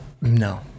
No